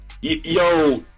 yo